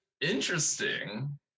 interesting